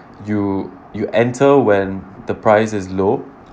you you enter when the price is low